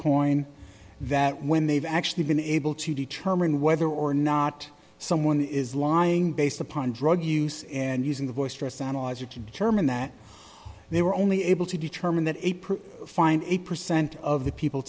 coin that when they've actually been able to determine whether or not someone is lying based upon drug use and using the voice stress analyzer to determine that they were only able to determine that a per find eight percent of the people